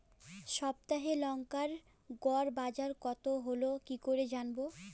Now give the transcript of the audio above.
সপ্তাহে লংকার গড় বাজার কতো হলো কীকরে জানবো?